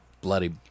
bloody